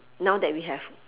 now that we have